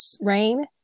rain